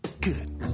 Good